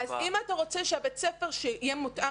אז אם אתה רוצה שבית הספר יהיה מותאם